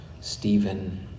Stephen